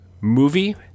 movie